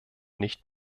nicht